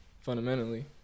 Fundamentally